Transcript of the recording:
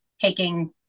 taking